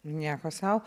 nieko sau